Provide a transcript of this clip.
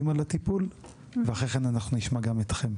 על הטיפול ואחרי זה אנחנו נשמע גם אתכם,